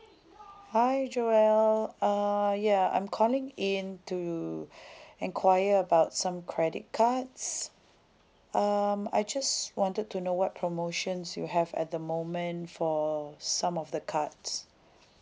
hi jobelle uh ya I'm calling in to enquire about some credit cards um I just wanted to know what promotions you have at the moment for some of the cards